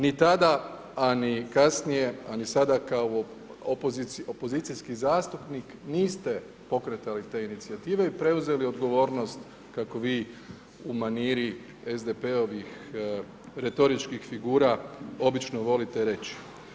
Ni tada a ni kasnije a ni sada kao opozicijski zastupnik niste pokretali te inicijative i preuzeli odgovornost kako vi u maniri SDP-ovih retoričkih figura obično volite reći.